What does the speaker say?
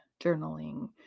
journaling